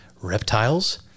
reptiles